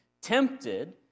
tempted